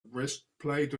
breastplate